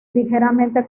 ligeramente